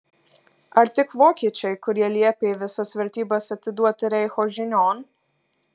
ar tik vokiečiai kurie liepė visas vertybes atiduoti reicho žinion